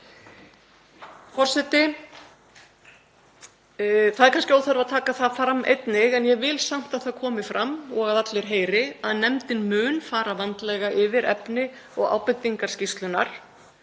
Það er kannski óþarfi að taka það fram einnig en ég vil samt að það komi fram svo að allir heyri að nefndin mun fara vandlega yfir efni og ábendingar skýrslunnar,